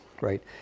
right